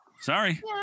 Sorry